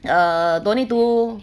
uh don't need to